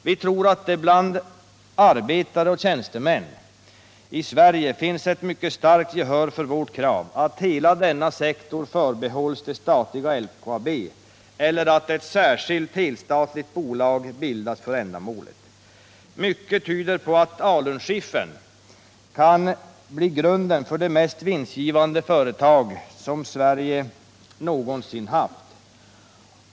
Vi tror att det bland arbetare och tjänstemän i Sverige finns ett mycket starkt gehör för vårt krav att hela denna sektor förbehålls det statliga LKAB eller att ett särskilt helstatligt bolag bildas för detta ändamål. Mycket tyder på att alunskiffern kan bli grunden för det mest vinstgivande företag Sverige någonsin haft.